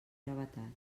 brevetat